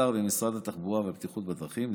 לסגן שר במשרד התחבורה והבטיחות בדרכים.